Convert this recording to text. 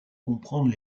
comprendre